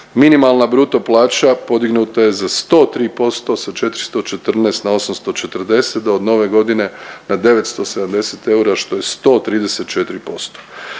Minimalna bruto plaća podignuta je za 103%, sa 414 na 840, a od nove godine na 970 eura što je 134%.